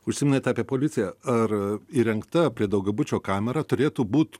užsiminėt apie policiją ar įrengta prie daugiabučio kamera turėtų būt